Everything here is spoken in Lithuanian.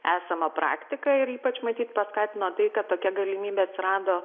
esamą praktiką ir ypač matyt paskatino tai kad tokia galimybė atsirado